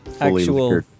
Actual